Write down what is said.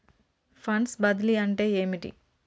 Funds బదిలీ అంటే ఏమిటి?